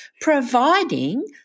providing